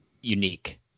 unique